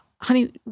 honey